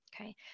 Okay